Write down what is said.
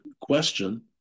question